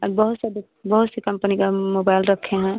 अब बहोत सा बहुत सी कम्पनी का मोबाइल रखे हैं